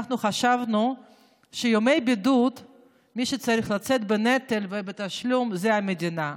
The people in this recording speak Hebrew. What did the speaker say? אנחנו חשבנו שעל ימי בידוד מי שצריך לשאת בנטל ובתשלום זה המדינה,